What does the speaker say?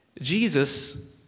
Jesus